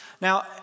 Now